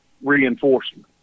reinforcement